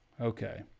Okay